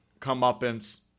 comeuppance